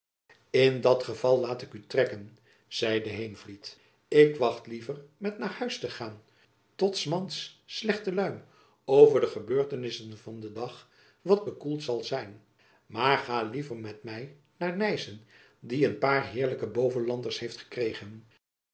in dat geval laat ik u trekken zeide heenvliet ik wacht liever met naar huis te gaan tot s mans slechte luim over de gebeurtenissen van den dag wat bekoeld zal zijn maar ga liever met my naar nijssen die een paar heerlijke bovenlanders heeft gekregen